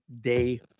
day